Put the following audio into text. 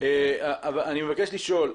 אני מבקש לשאול.